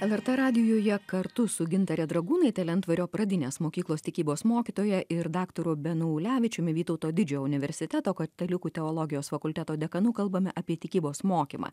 lrt radijuje kartu su gintare dragūnaite lentvario pradinės mokyklos tikybos mokytoja ir daktaru benu ulevičiumi vytauto didžiojo universiteto katalikų teologijos fakulteto dekanu kalbame apie tikybos mokymą